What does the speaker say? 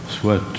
soit